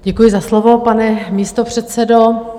Děkuji za slovo, pane místopředsedo.